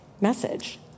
message